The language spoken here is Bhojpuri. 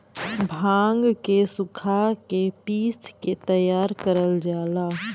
भांग के सुखा के पिस के तैयार करल जाला